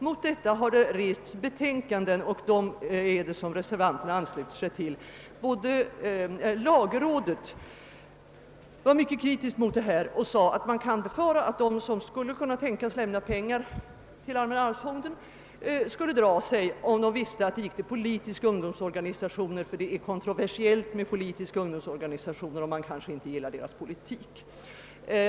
Mot detta har betänkligheter rests, och det är dem reservanterna ansluter sig till. Lagrådet var mycket kritiskt mot detta och anförde att man kan befara att de som skulle kunna tänkas lämna pengar till allmänna arvsfonden skulle dra sig för det, om de visste att pengarna gick till politiska ungdomsorganisationer, ty deras verksamhet är kontroversiell och man kanske inte gil lar deras politik.